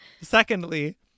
Secondly